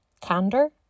candor